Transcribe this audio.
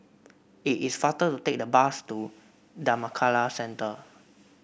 it is faster to take the bus to Dhammakaya Centre